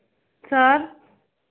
sir